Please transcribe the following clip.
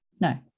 No